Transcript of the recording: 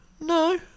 no